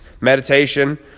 Meditation